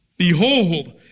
Behold